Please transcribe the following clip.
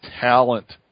Talent